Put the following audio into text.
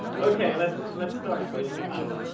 okay, let's. let's start the match